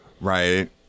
Right